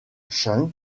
chung